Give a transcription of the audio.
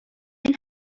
این